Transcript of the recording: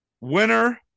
Winner